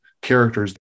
characters